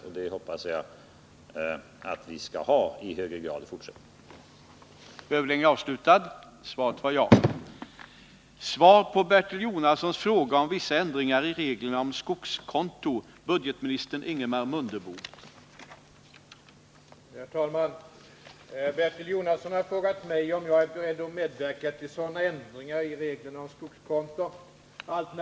Jag hoppas att så blir fallet i högre grad i fortsättningen.